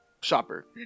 shopper